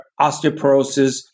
osteoporosis